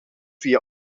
via